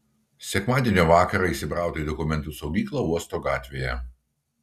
sekmadienio vakarą įsibrauta į dokumentų saugyklą uosto gatvėje